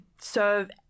serve